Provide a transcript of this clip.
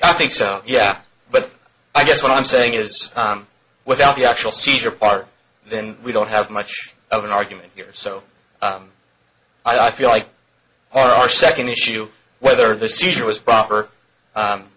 i think so yeah but i guess what i'm saying is without the actual seizure part then we don't have much of an argument here so i feel like our second issue whether the seizure was proper